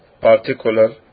particular